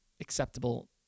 acceptable